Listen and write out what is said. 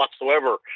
whatsoever